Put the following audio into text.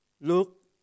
look